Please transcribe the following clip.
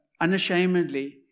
unashamedly